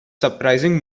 surprising